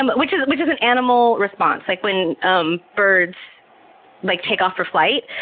um which is which is an animal response. like when um birds like take off for flight,